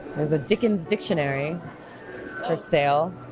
there's a dickens dictionary for sale.